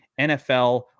NFL